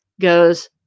goes